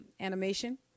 animation